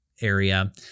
area